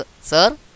Sir